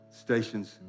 stations